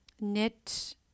Knit